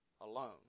alone